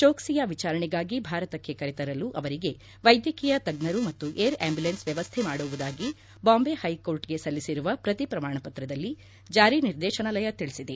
ಚೋಕ್ಲಿಯ ವಿಚಾರಣೆಗಾಗಿ ಭಾರತಕ್ಕೆ ಕರೆತರಲು ಅವರಿಗೆ ವೈದ್ಯಕೀಯ ತಜ್ಞರು ಮತ್ತು ಏರ್ ಆಂಬ್ಯುಲೆನ್ಸ್ ವ್ಯವಸ್ಥೆ ಮಾಡುವುದಾಗಿ ಬಾಂಬೆ ಹೈಕೋರ್ಟ್ ಗೆ ಸಲ್ಲಿಸಿರುವ ಪ್ರತಿ ಪ್ರಮಾಣ ಪತ್ರದಲ್ಲಿ ಜಾರಿ ನಿರ್ದೇತನಾಲಯ ತಿಳಿಸಿದೆ